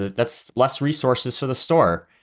that's less resources for the store,